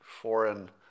foreign